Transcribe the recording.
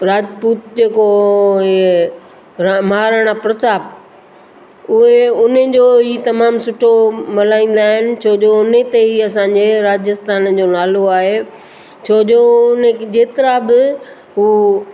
राजपुत जेको इहे महाराणा प्रताप उहे उन्हनि जो ई तमामु सुठो मल्हाईंदा आहिनि छोजो हुन ते ई असांजे में राजस्थान जो नालो आहे छोजो हुनखे जेतिरा बि हू